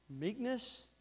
meekness